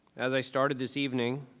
as i started this evening,